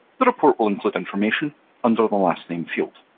the report will include information under the last name field.